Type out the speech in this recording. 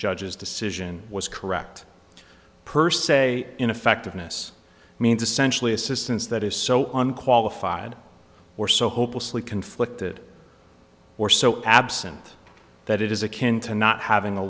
judge's decision was correct per se ineffectiveness means essentially assistance that is so on qualified or so hopelessly conflicted or so absent that it is akin to not having a